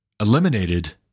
eliminated